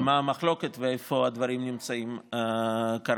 על מה המחלוקת ואיפה הדברים נמצאים כרגע.